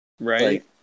Right